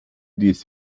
dies